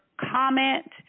comment